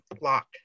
lock